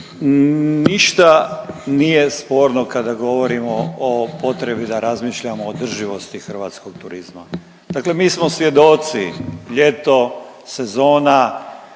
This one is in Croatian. ništa nije sporno kada govorimo o potrebi da razmišljamo o održivosti hrvatskog turizma. Dakle mi smo svjedoci ljeto, sezona,